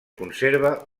conserva